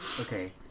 Okay